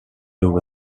over